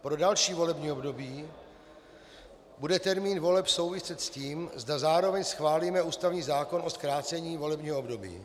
Pro další volební období bude termín voleb souviset s tím, zda zároveň schválíme ústavní zákon o zkrácení volebního období.